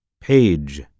page